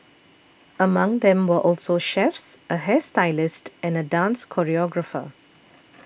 among them were also chefs a hairstylist and a dance choreographer